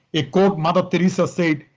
a quote mother theresa said,